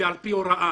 ועל פי הוראה.